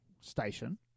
station